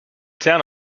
town